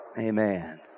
Amen